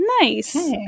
Nice